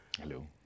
Hello